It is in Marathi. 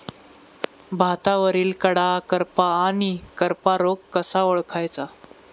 भातावरील कडा करपा आणि करपा रोग कसा ओळखायचा?